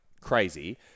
crazy